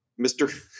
Mr